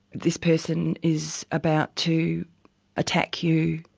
this person is about to attack you',